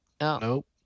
Nope